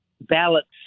ballots